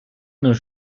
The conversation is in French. nos